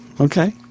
Okay